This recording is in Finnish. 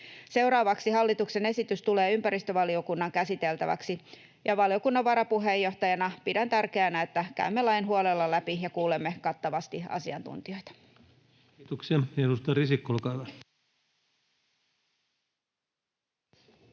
Seuraavaksi hallituksen esitys tulee ympäristövaliokunnan käsiteltäväksi, ja valiokunnan varapuheenjohtajana pidän tärkeänä, että käymme lain huolella läpi ja kuulemme kattavasti asiantuntijoita. Kiitoksia. — Edustaja Risikko, olkaa hyvä.